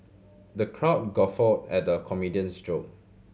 the crowd guffawed at the comedian's joke